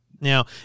Now